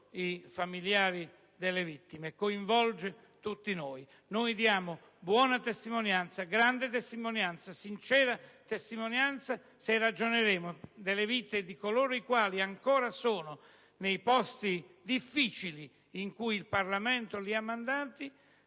i familiari delle vittime e coinvolge tutti noi. Diamo buona, grande e sincera testimonianza se ragioneremo delle vite di coloro i quali ancora sono nei posti difficili in cui il Parlamento li ha mandati,